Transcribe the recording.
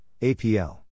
APL